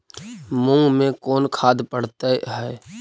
मुंग मे कोन खाद पड़तै है?